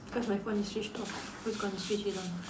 cause my phone is switched off who's gonna switch it on